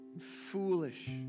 foolish